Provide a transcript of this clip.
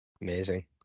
Amazing